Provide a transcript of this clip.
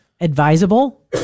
advisable